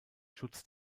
schutz